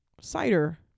cider